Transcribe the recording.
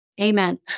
Amen